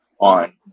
on